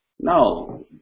no